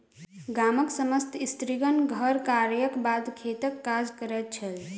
गामक समस्त स्त्रीगण घर कार्यक बाद खेतक काज करैत छल